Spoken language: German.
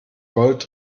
gold